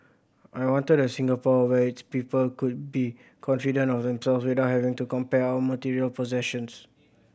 I wanted a Singapore where its people could be confident of themselves without having to compare our material possessions